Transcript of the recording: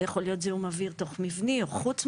זה יכול להיות זיהום אוויר תוך מבני או חוץ מבני,